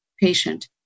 patient